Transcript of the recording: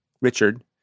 Richard